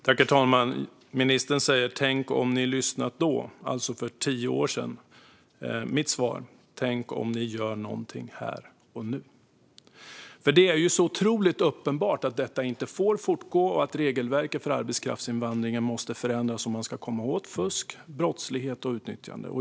Herr talman! Ministern säger: Tänk om ni lyssnat då - alltså för tio år sedan. Mitt svar: Tänk om ni gör något här och nu! Det är så otroligt uppenbart att detta inte kan få fortgå och att regelverket för arbetskraftsinvandring måste förändras om man ska komma åt fusk, brottslighet och utnyttjande.